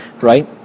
right